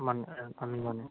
মান আমি মানে